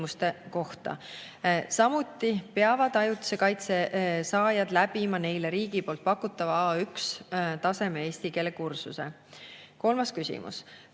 Samuti peavad ajutise kaitse saajad läbima neile riigi poolt pakutava A1-taseme eesti keele kursuse. Kolmas küsimus: